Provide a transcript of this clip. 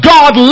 God